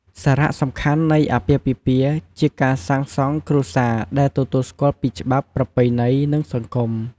សារៈសំខាន់នៃអាពាហ៍ពិពាហ៍ជាការសាងសង់គ្រួសារដែលទទួលស្គាល់ពីច្បាប់ ប្រពៃណី និងសង្គម។